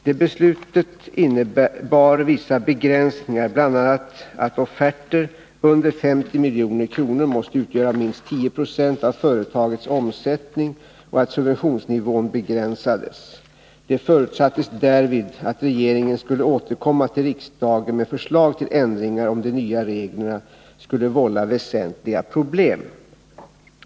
Det beslutet innebar + .ssa begränsningar, bl.a. att offerter under 50 milj.kr. måste utgöra minst 19 Z av företagets omsättning och att subventionsnivån begränsades. Det fc » attes därvid att regeringen skulle återkomma till riksdagen med försl: , till ändringar om de nya reglerna skulle vålla väsentliga problem.